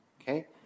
okay